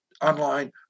online